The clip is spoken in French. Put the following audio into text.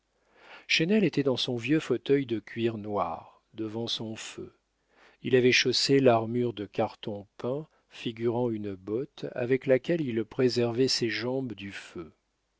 chesnel était dans son vieux fauteuil de cuir noir devant son feu il avait chaussé l'armure de carton peint figurant une botte avec laquelle il préservait ses jambes du feu